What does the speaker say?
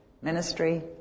Ministry